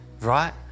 right